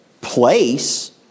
place